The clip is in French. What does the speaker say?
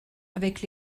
avec